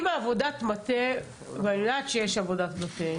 את זה.